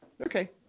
Okay